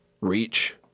reach